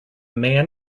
man